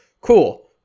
Cool